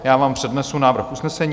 Já vám přednesu návrh usnesení.